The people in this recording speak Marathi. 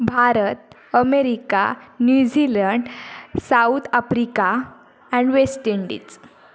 Bharat America New Zealand South Africa and West Indies